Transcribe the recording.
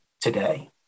today